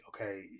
okay